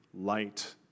Light